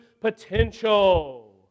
potential